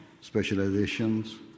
specializations